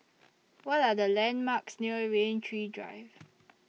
What Are The landmarks near Rain Tree Drive